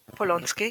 פולונסקי,